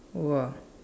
!wah!